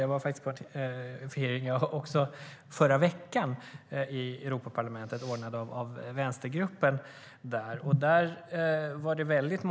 Jag var på en hearing i förra veckan ordnad av vänstergruppen i Europaparlamentet.